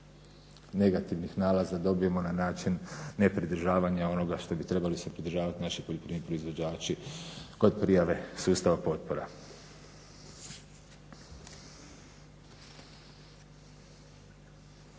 negativnih nalaza dobijemo na način nepridržavanja onoga što bi trebali se pridržavati naši poljoprivredni proizvođači kod prijave sustava potpora.